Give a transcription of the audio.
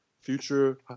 future